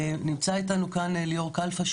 נמצא איתנו כאן ליאור כלפה,